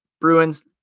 Bruins